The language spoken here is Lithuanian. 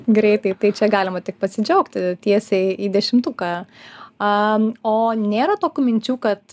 greitai čia galima tik pasidžiaugti tiesiai į dešimtuką o nėra tokių minčių kad